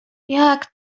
jak